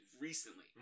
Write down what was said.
recently